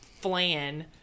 flan